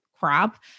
Crap